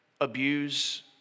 abuse